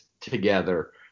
together